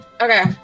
Okay